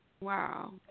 Wow